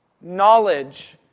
knowledge